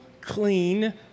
clean